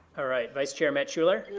all right, vice chair matt schueller? yeah